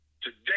Today